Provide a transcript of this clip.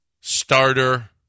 starter